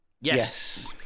Yes